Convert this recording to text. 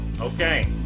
Okay